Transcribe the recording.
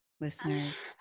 listeners